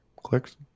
clicks